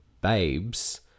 babes